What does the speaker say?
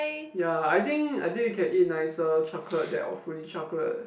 ya I think I think we can eat nicer chocolate that awfully chocolate